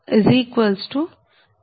30